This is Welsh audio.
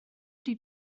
ydy